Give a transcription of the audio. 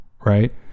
right